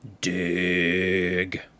Dig